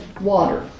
water